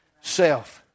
self